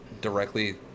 directly